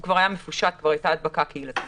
הוא כבר היה מפושט, כבר הייתה הדבקה קהילתית.